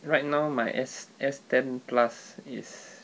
right now my S S ten plus is